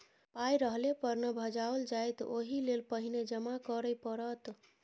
पाय रहले पर न भंजाओल जाएत ओहिलेल पहिने जमा करय पड़त